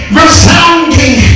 resounding